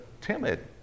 timid